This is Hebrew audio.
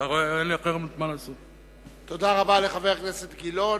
תודה רבה לחבר הכנסת גילאון,